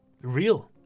real